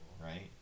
Right